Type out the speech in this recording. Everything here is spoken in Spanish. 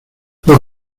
que